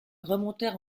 remontèrent